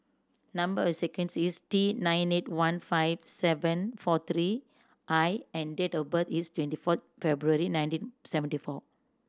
number sequence is T nine eight one five seven four three I and date of birth is twenty four February nineteen seventy four